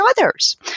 others